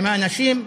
עם האנשים,